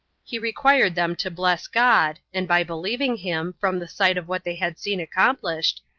he required them to bless god, and by believing him, from the sight of what they had seen accomplished,